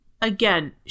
again